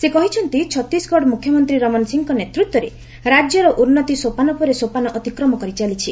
ସେ କହିଛନ୍ତି ଛତିଶଗଡ଼ ମୁଖ୍ୟମନ୍ତ୍ରୀ ରମନ୍ ସିଂଙ୍କ ନେତୃତ୍ୱରେ ରାଜ୍ୟ ଉନ୍ନତି ସୋପାନ ପରେ ସୋପାନ ଅତିକ୍ରମ କରିଚାଳିଛି